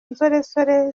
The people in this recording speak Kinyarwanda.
nsoresore